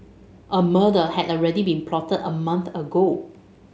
a murder had already been plotted a month ago